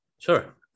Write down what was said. Sure